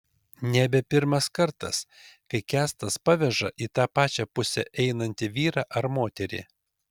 nebe pirmas kartas kai kęstas paveža į tą pačią pusę einantį vyrą ar moterį